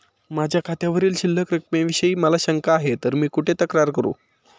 माझ्या खात्यावरील शिल्लक रकमेविषयी मला शंका आहे तर मी कुठे तक्रार करू?